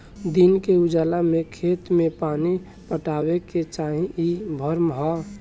दिन के उजाला में खेत में पानी पटावे के चाही इ भ्रम ह